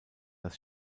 das